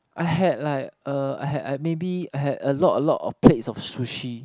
I had like uh I had maybe I had a lot a lot of plates of sushi